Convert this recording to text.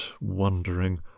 wondering